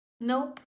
nope